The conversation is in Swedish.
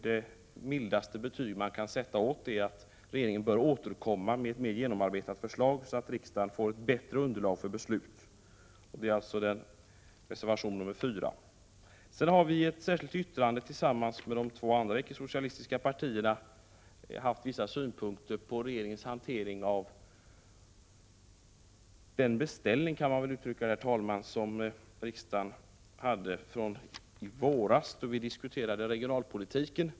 Det mildaste betyget man kan sätta är att regeringen bör återkomma med ett mera genomarbetat förslag så att riksdagen får ett bättre underlag för beslut. Vi har tillsammans med de två andra icke-socialistiska partierna ett särskilt yttrande. Vi har haft vissa synpunkter på regeringens hantering av den beställning som riksdagen gjorde i våras då vi diskuterade regionalpolitiken.